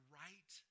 right